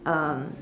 um